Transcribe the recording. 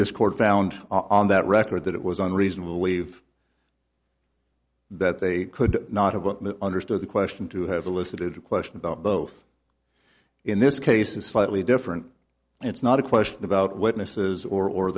this court found on that record that it was unreasonable leave that they could not about understood the question to have elicited a question about both in this case is slightly different it's not a question about witnesses or or